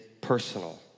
personal